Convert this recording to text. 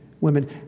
women